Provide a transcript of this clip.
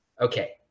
Okay